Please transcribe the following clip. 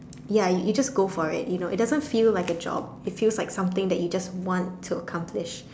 ya you just go for it you know it doesn't feel like a job it feels like something that you just want to accomplish